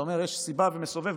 אתה אומר: יש סיבה ומסובב.